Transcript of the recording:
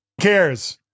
cares